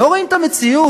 לא רואים את המציאות?